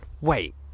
wait